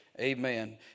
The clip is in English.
Amen